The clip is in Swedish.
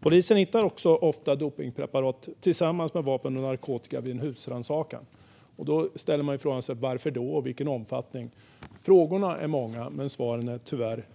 Polisen hittar också ofta dopningspreparat tillsammans med vapen och narkotika vid husrannsakningar. Då ställer man frågan: Varför och i vilken omfattning? Frågorna är många, men svaren är tyvärr